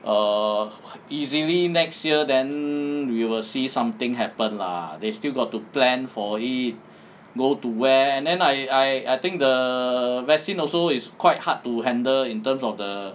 err easily next year then we will see something happen lah they still got to plan for it go to where and then I I think the vaccine also is quite hard to handle in terms of the